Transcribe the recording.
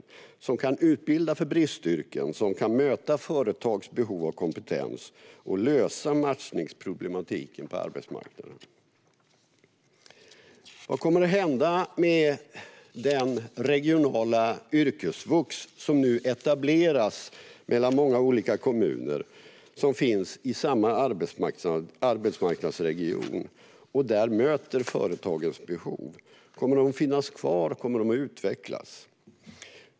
Det är platser där man kan utbilda för bristyrken, möta företags behov av kompetens och lösa matchningsproblematiken på arbetsmarknaden. Vad kommer att hända med de regionala yrkesvux som nu etableras mellan många olika kommuner i samma arbetsmarknadsregion och där man möter företagens behov? Kommer de att finnas kvar, och kommer de att utvecklas?